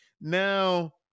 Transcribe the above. now